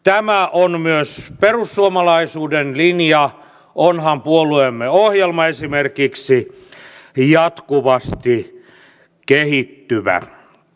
tämä on myös perussuomalaisuuden linja onhan puolueemme ohjelma esimerkiksi jatkuvasti kehittyvä